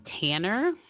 Tanner